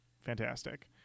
fantastic